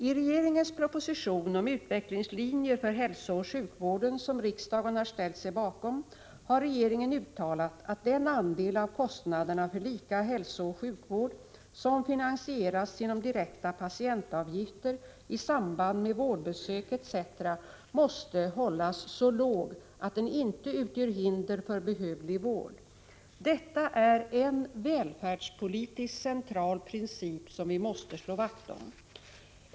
I regeringens proposition om utvecklingslinjer för hälsooch sjukvården , som riksdagen har ställt sig bakom, har regeringen uttalat att den andel av kostnaderna för lika hälsooch sjukvård som finansieras genom direkta patientavgifter i samband med vårdbesök etc. måste hållas så låg, att den inte utgör hinder för behövlig vård. Detta är en välfärdspolitiskt central princip som vi måste slå vakt om.